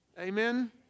Amen